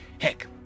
Heck